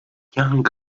young